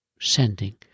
sending